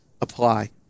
apply